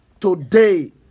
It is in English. today